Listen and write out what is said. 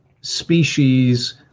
species